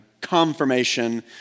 confirmation